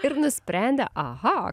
ir nusprendė aha